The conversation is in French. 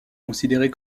considérée